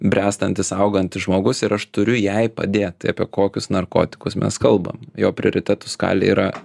bręstantis augantis žmogus ir aš turiu jai padėt tai apie kokius narkotikus mes kalbam jo prioritetų skalėj yra